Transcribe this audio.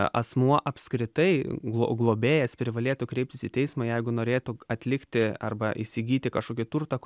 asmuo apskritai globėjas privalėtų kreiptis į teismą jeigu norėtų atlikti arba įsigyti kažkokį turtą